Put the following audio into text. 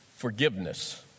Forgiveness